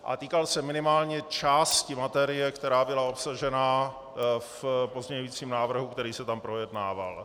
A týkal se minimálně části materie, která byla obsažena v pozměňujícím návrhu, který se tam projednával.